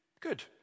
Good